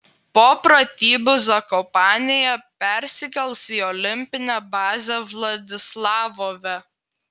po pratybų zakopanėje persikels į olimpinę bazę vladislavove